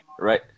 right